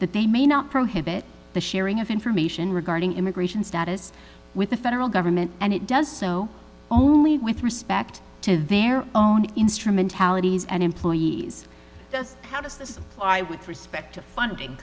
that they may not prohibit the sharing of information regarding immigration status with the federal government and it does so with respect to their own instrumentalities and employees just how does this with respect to funding